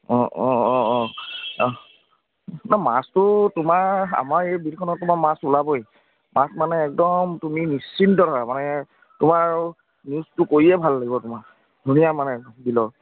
অঁ অঁ অঁ অঁ মাছটো তোমাৰ আমাৰ এই বিলখনত তোমাৰ মাছ ওলাবই মাছ মানে একদম তুমি নিশ্চিন্ত থাকা মানে তোমাৰ নিউজটো কৰিয়ে ভাল লাগিব তোমাৰ ধুনীয়া মানে বিলৰ